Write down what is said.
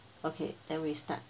okay then we start